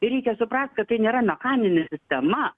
ir reikia suprast kad tai nėra mechaninė sistema